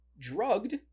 drugged